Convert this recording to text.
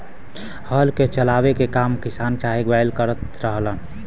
हल के चलावे के काम किसान चाहे बैल करत रहलन